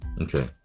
Okay